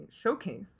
showcase